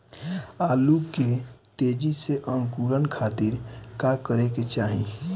आलू के तेजी से अंकूरण खातीर का करे के चाही?